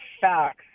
facts